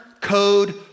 code